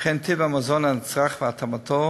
וכן טיב המזון הנצרך והתאמתו,